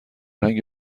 رنگ